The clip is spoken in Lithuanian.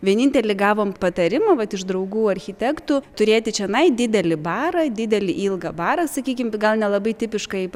vienintelį gavom patarimą vat iš draugų architektų turėti čionai didelį barą didelį ilgą barą sakykim gal nelabai tipiškai